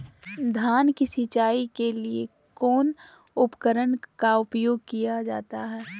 धान की सिंचाई के लिए कौन उपकरण का उपयोग किया जाता है?